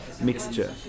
mixture